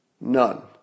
None